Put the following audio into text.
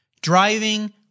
driving